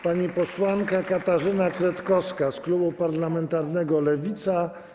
Pani posłanka Katarzyna Kretkowska z klubu parlamentarnego Lewica.